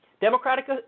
Democratic